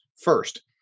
First